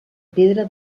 pedra